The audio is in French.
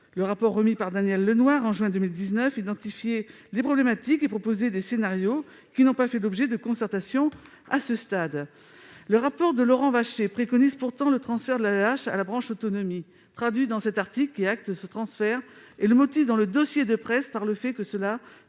mission, remis par Daniel Lenoir en juin 2019, identifiait les problématiques et proposait des scénarios, qui n'ont pas fait l'objet de concertations à ce stade. Le rapport de Laurent Vachey préconise le transfert de l'AEEH à la branche autonomie, ce que traduit cet article, qui acte ce transfert et le motive, dans le dossier de presse, par le fait que cela